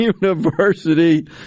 University